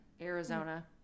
arizona